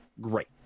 great